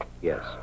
yes